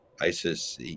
ISIS